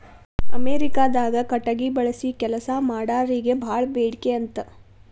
ಅಮೇರಿಕಾದಾಗ ಕಟಗಿ ಬಳಸಿ ಕೆಲಸಾ ಮಾಡಾರಿಗೆ ಬಾಳ ಬೇಡಿಕೆ ಅಂತ